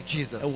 Jesus